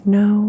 no